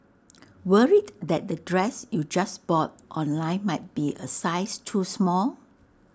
worried that the dress you just bought online might be A size too small